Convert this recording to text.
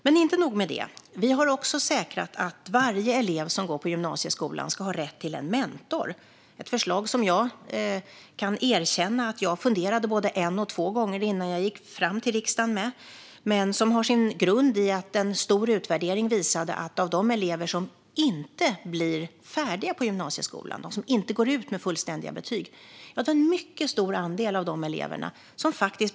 Men inte nog med det - vi har också säkrat att varje elev som går på gymnasieskolan ska ha rätt till en mentor. Jag kan erkänna att jag funderade både en och två gånger innan jag gick fram till riksdagen med detta förslag. Det hade sin grund i att en stor utvärdering visade att en mycket stor andel av de elever som inte blev färdiga på gymnasieskolan - som inte gick ut med fullständiga betyg - faktiskt bara saknade några ynka poäng.